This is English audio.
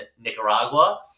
Nicaragua